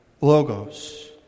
logos